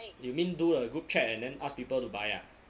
you mean do a group chat and then ask people to buy ah